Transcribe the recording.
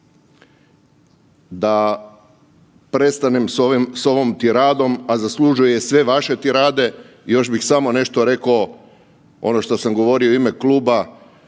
Da prestanem s ovom tiradom, a zaslužuje sve vaše tirade, još bih samo nešto rekao ono što sam govorio u ime kluba